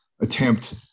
attempt